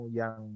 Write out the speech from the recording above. yang